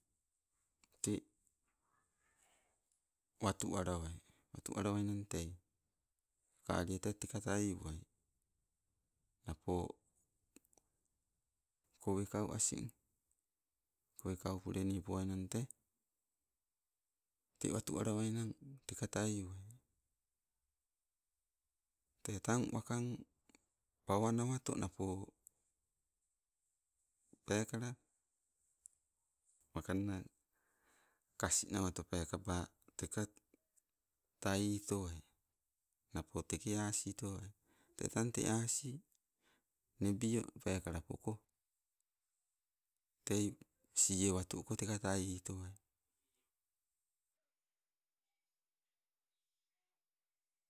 Tee watu alewai, watu alawainang tei kakalie te teka tai uwai. Napo kowekau asing, kowekau pulenipoain tee te watu alawainnang teka tai uwoi. Tee tang waking pawanaweto napo pekala wakanna kas nawato, pekeba teka tai itowai, napo teke asi towai. Tee tang tee asi nebio peekala poko tei sie watu uko teka tai itowai.